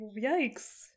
yikes